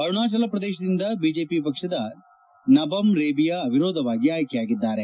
ಅರುಣಾಚಲಪ್ರದೇಶದಿಂದ BJP ಪಕ್ಷದ ನಬಮ್ ರೆಬಿಯಾ ಅವಿರೋಧವಾಗಿ ಆಯ್ಕೆ ಯಾಗಿದ್ದಾರೆ